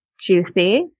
juicy